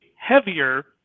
heavier